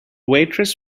waitress